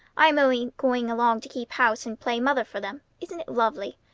i'm only going along to keep house and play mother for them. isn't it lovely?